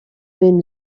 been